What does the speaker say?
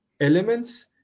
elements